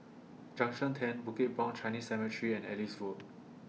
Junction ten Bukit Brown Chinese Cemetery and Ellis Road